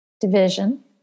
division